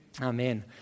Amen